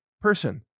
person